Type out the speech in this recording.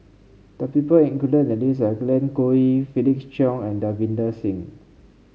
the people included in the list are Glen Goei Felix Cheong and Davinder Singh